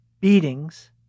beatings